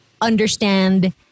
understand